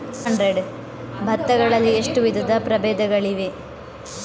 ಭತ್ತ ಗಳಲ್ಲಿ ಎಷ್ಟು ವಿಧದ ಪ್ರಬೇಧಗಳಿವೆ?